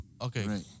Okay